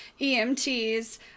EMTs